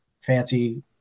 fancy